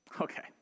Okay